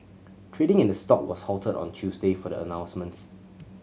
trading in the stock was halted on Tuesday for the announcements